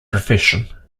profession